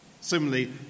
Similarly